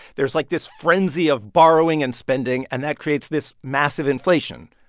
there's, like, this frenzy of borrowing and spending, and that creates this massive inflation.